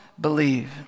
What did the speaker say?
believe